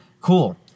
Cool